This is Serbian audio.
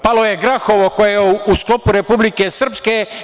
Palo je Grahovo koje je u sklopu Republike Srpske.